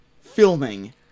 filming